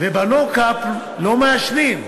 וב"נואו קאמפ" לא מעשנים,